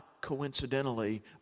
coincidentally